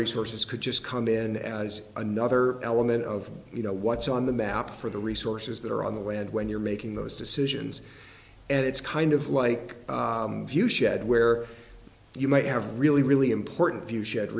resources could just come in as another element of you know what's on the map for the resources that are on the land when you're making those decisions and it's kind of like if you shed where you might have a really really important view shed